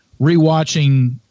rewatching